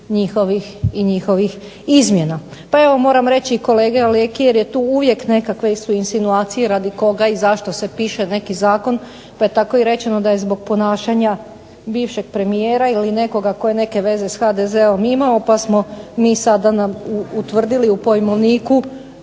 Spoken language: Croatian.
izvornog i njihovih izmjena. Pa evo moram reći kolegi Leki, jer je tu uvijek nekakve su insinuacije radi koga i zašto se piše neki zakon, pa je tako i rečeno da je zbog ponašanja bivšeg premijera ili nekoga tko je neke veze s HDZ-om imao, pa smo mi sada utvrdili u pojmovniku